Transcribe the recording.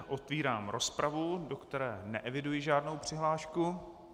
Otevírám rozpravu, do které neeviduji žádnou přihlášku.